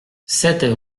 sept